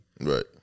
right